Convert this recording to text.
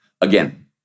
Again